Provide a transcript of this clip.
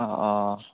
অঁ অঁ